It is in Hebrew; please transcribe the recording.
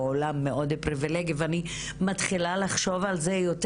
עולם מאוד פריבילגי אני מתחילה לחשוב על זה יותר.